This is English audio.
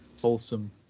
wholesome